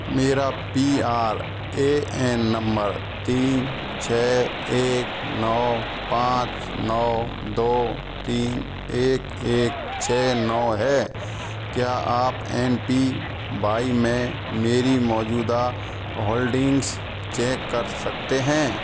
मेरा P R A N number तीन छः एक नौ पाँच नौ दो तीन एक एक छः नौ है क्या आप ए पी वाई में मेरी मौजूदा होल्डिंग्स चेक कर सकते हैं